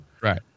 right